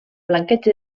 blanqueig